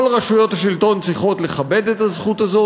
כל רשויות השלטון צריכות לכבד את הזכות הזאת,